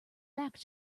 back